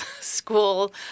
school